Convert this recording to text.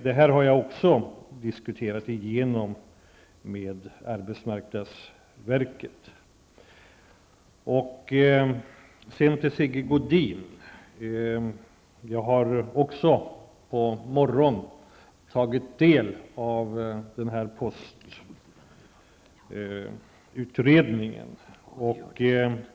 Det här har jag också diskuterat igenom med arbetsmarknadsverket. Jag har under morgonen, Sigge Godin, tagit del av postutredningen.